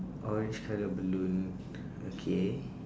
orange colour balloon okay